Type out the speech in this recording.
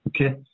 Okay